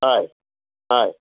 हय हय